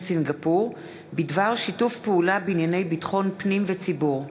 סינגפור בדבר שיתוף פעולה בענייני ביטחון פנים וציבור.